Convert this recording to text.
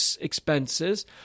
expenses